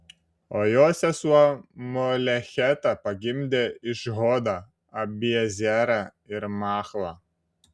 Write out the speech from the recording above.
o jo sesuo molecheta pagimdė išhodą abiezerą ir machlą